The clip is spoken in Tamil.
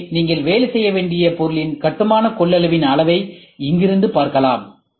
எனவே நீங்கள் வேலை செய்ய வேண்டிய பொருளின் கட்டுமான கொள்ளளவின் அளவை இங்கிருந்து பார்க்கலாம்